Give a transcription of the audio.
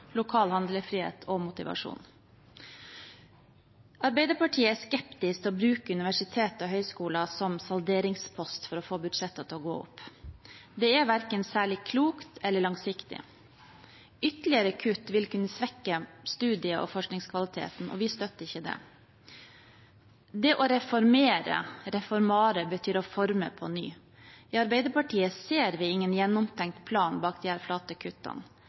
lokal handlefrihet og motivasjon. Arbeiderpartiet er skeptisk til å bruke universiteter og høyskoler som salderingspost for å få budsjettene til å gå opp. Det er verken særlig klokt eller langsiktig. Ytterligere kutt vil kunne svekke studie- og forskningskvaliteten, og vi støtter ikke det. Det å reformere – reformare betyr å forme på ny: I Arbeiderpartiet ser vi ingen gjennomtenkt plan bak disse flate kuttene.